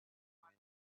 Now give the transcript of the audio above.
find